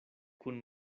kun